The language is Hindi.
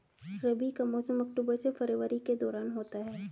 रबी का मौसम अक्टूबर से फरवरी के दौरान होता है